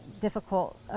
difficult